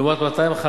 לעומת 215